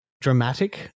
dramatic